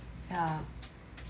yeah